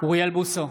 אוריאל בוסו,